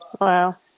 Wow